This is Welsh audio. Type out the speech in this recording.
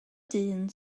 dyn